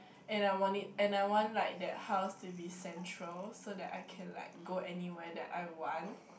and I want it and I want like that house to be central so that I can like go anywhere that I want